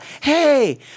hey